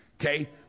okay